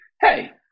hey